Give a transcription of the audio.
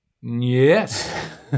Yes